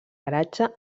garatge